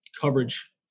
coverage